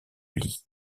lie